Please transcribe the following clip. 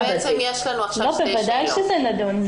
ודאי שזה נדון.